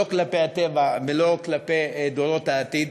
לא כלפי הטבע ולא כלפי דורות העתיד.